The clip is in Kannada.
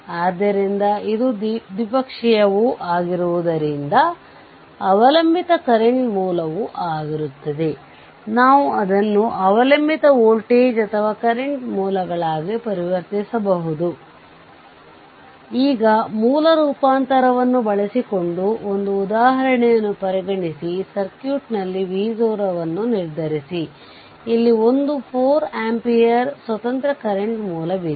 ಆದ್ದರಿಂದ ದೊಡ್ಡ ಸರ್ಕ್ಯೂಟ್ ಅನ್ನು ಒಂದೇ ಸ್ವತಂತ್ರ ವೋಲ್ಟೇಜ್ ಮೂಲದಿಂದ ಬದಲಾಯಿಸಬಹುದು ಮತ್ತು DC ಸರ್ಕ್ಯೂಟ್ ಗಾಗಿ ಒಂದೇ ರೆಸಿಸ್ಟರ್ ಅನ್ನು ಬಳಸಬಹುದು ಮತ್ತು ಈ ಬದಲಿ ತಂತ್ರವು ಸರ್ಕ್ಯೂಟ್ ವಿನ್ಯಾಸದಲ್ಲಿ ಒಂದು ಉತ್ತಮ ಸಾಧನವಾಗಿದೆ